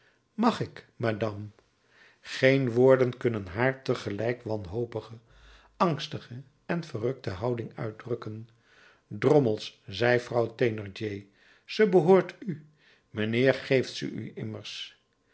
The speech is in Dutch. mag ik madame geen woorden kunnen haar te gelijk wanhopige angstige en verrukte houding uitdrukken drommels zei vrouw thénardier ze behoort u mijnheer geeft ze u immers